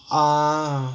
ah